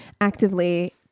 actively